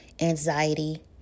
anxiety